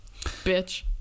bitch